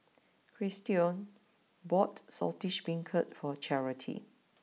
Christion bought Saltish Beancurd for Charity